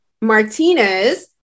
Martinez